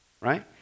right